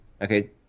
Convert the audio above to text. Okay